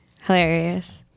Hilarious